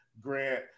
Grant